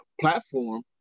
platform